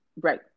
Right